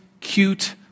cute